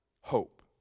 hope